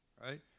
right